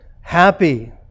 Happy